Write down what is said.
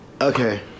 Okay